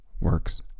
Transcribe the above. works